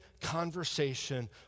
conversation